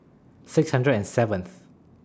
six hundred and seventh